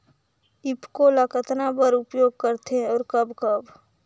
ईफको ल कतना बर उपयोग करथे और कब कब?